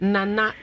Nana